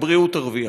הבריאות תרוויח.